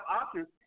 options